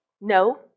No